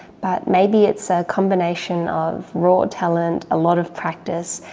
but maybe it's a combination of raw talent, a lot of practice,